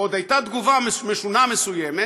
עוד הייתה תגובה משונה מסוימת